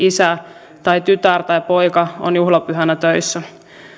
äiti isä tytär tai poika on juhlapyhänä töissä